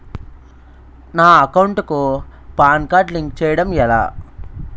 నా అకౌంట్ కు PAN card link చేయడం ఎలా?